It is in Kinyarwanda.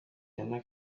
diana